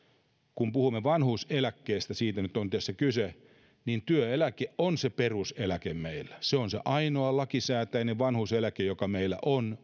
kun puhumme vanhuuseläkkeestä josta nyt on tässä kyse niin työeläke on se peruseläke meillä se ainoa lakisääteinen vanhuuseläke joka meillä on